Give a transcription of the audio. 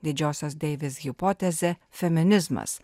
didžiosios deivės hipotezė feminizmas